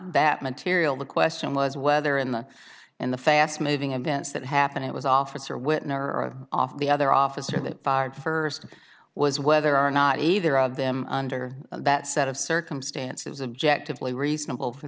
that material the question was whether in the in the fast moving events that happened it was officer whitner off the other officer that fired first was whether or not either of them under that set of circumstances objective lay reasonable for